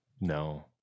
no